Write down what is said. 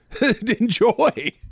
Enjoy